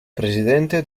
presidente